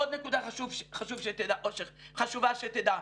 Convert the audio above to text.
עוד נקודה חשובה שתדע.